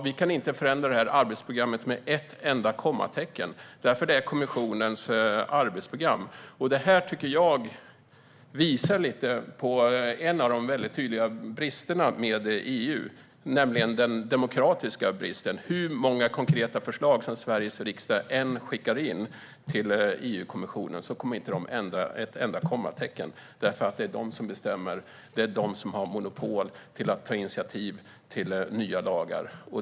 Vi kan inte förändra detta arbetsprogram med ett enda kommatecken, eftersom det är kommissionens arbetsprogram. Detta tycker jag lite grann visar på en av de mycket tydliga bristerna med EU, nämligen den demokratiska bristen. Hur många konkreta förslag Sveriges riksdag än skickar in till EU-kommissionen kommer de inte att ändra ett enda kommatecken, eftersom det är de som bestämmer och som har monopol på att ta initiativ till nya lagar.